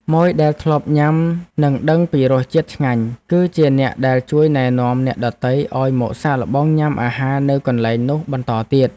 ម៉ូយដែលធ្លាប់ញ៉ាំនិងដឹងពីរសជាតិឆ្ងាញ់ គឺជាអ្នកដែលជួយណែនាំអ្នកដទៃឱ្យមកសាកល្បងញ៉ាំអាហារនៅកន្លែងនោះបន្តទៀត។